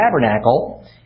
tabernacle